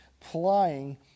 plying